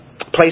place